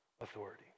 authority